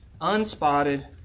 unspotted